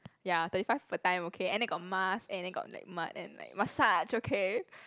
ya thirty five per time okay and then got mask and then got like mud and like massage okay